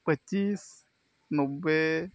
ᱯᱚᱸᱪᱤᱥ ᱱᱚᱵᱵᱳᱭ